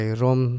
rom